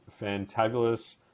Fantabulous